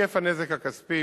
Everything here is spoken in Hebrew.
היקף הנזק הכספי,